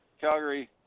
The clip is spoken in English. Calgary